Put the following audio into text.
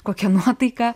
kokia nuotaika